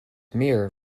meer